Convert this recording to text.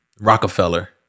Rockefeller